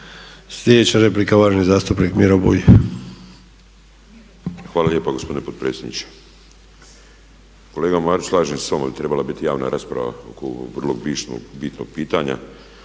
Slijedeća replika uvaženi zastupnik Miro Bulj.